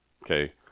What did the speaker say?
Okay